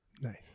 Nice